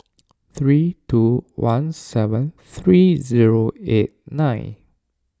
three two one seven three zero eight nine